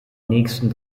nächsten